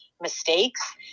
mistakes